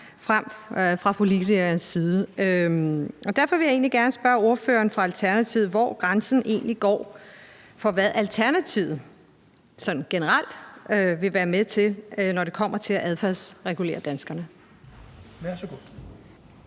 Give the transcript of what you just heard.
tvang fra politikernes side. Derfor vil jeg gerne spørge ordføreren for Alternativet, hvor grænsen egentlig går for, hvad Alternativet sådan generelt vil være med til, når det kommer til at adfærdsregulere danskerne.